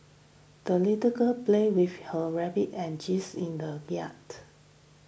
the little girl played with her rabbit and geese in the yard